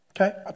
okay